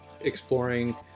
exploring